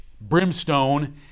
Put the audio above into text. brimstone